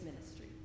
ministry